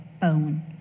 bone